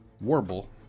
Warble